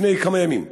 לפני כמה ימים.